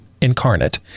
incarnate